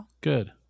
Good